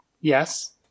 Yes